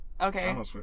Okay